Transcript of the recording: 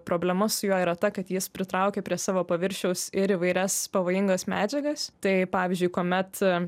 problema su juo yra ta kad jis pritraukė prie savo paviršiaus ir įvairias pavojingas medžiagas tai pavyzdžiui kuomet